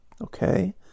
Okay